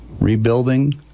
rebuilding